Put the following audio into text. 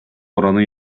oranı